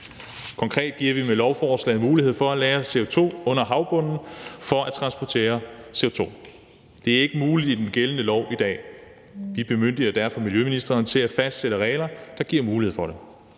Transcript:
Konkret giver vi med lovforslaget mulighed for at lagre CO2 under havbunden for at transportere CO2. Det er ikke muligt i dag ud fra den gældende lov. Vi bemyndiger derfor miljøministeren til at fastsætte regler, der giver mulighed for det.